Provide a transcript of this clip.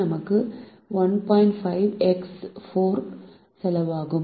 5 X 4 செலவாகும்